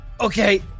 okay